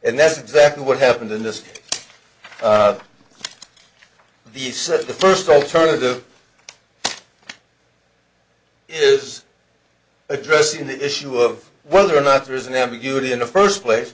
and that's exactly what happened in this the said the first alternative is addressing the issue of whether or not there is an ambiguity in the first place